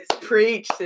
Preach